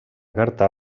carta